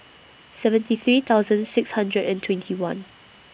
seventy three thousand six hundred and twenty one